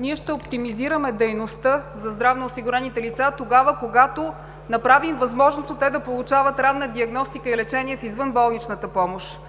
ние ще оптимизираме дейността за здравноосигурените лица тогава, когато направим възможното те да получават ранна диагностика и лечение в извънболничната помощ.